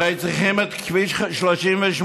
הרי צריכים את כביש 38,